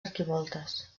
arquivoltes